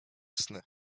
sny